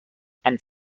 and